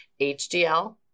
HDL